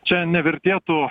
čia nevertėtų